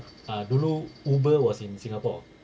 uh dulu Uber was in singapore